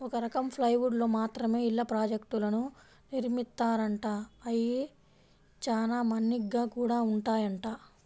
ఒక రకం ప్లైవుడ్ తో మాత్రమే ఇళ్ళ ప్రాజెక్టులను నిర్మిత్తారంట, అయ్యి చానా మన్నిగ్గా గూడా ఉంటాయంట